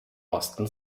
osten